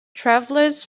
travellers